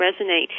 resonate